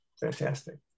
Fantastic